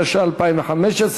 התשע"ה 2015,